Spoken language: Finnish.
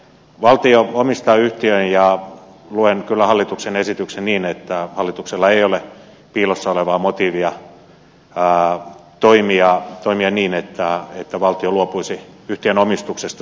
valtio omistaa yhtiön ja luen kyllä hallituksen esityksen niin että hallituksella ei ole piilossa olevaa motiivia toimia niin että valtio luopuisi yhtiön omistuksesta suoja ajan jälkeen